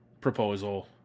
proposal